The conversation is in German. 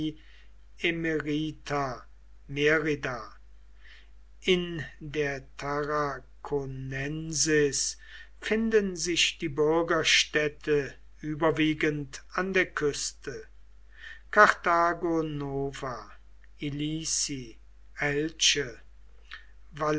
in der tarraconensis finden sich die bürgerstädte überwiegend an der küste karthago nova